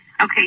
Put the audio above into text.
Okay